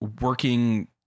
working